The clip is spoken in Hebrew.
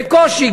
בקושי,